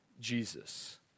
Jesus